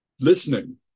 listening